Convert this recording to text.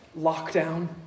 lockdown